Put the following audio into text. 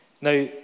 Now